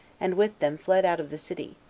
and with them fled out of the city,